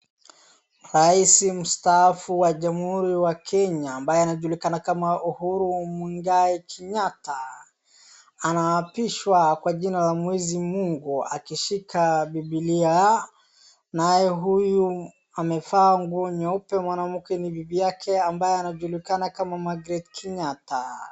Raisi mstaafu wa jamhuri wa Kenya ambaye anajulikana kama Uhuru Muigai Kenyatta, anaapishwa kwa jina la mwenyezi mungu akishika bibilia, naye huyu amevaa nguo nyeupe mwanamke ni bii yake ambaye anajulikana kama Margaret Kenyatta.